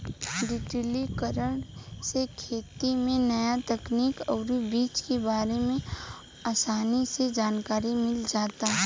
डिजिटलीकरण से खेती में न्या तकनीक अउरी बीज के बारे में आसानी से जानकारी मिल जाता